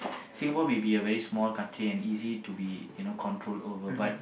Singapore may be a very small country and easy to be you know controlled over but